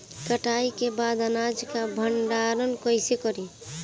कटाई के बाद अनाज का भंडारण कईसे करीं?